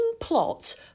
plot